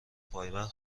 پایبند